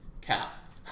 Cap